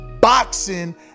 boxing